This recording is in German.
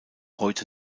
heute